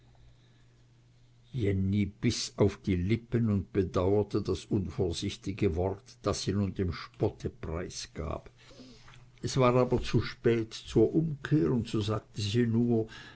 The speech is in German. sich auf die lippen und bedauerte das unvorsichtige wort das sie nun dem spotte preisgab es war aber zu spät zur umkehr und so sagte sie nur